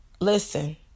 listen